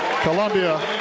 Columbia